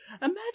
Imagine